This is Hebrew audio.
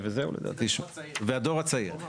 והדור הצעיר.